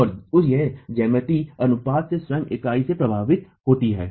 और यह ज्यामितीय अनुपात से स्वयं इकाई से प्रभावित होता है